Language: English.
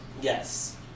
Yes